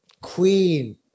Queen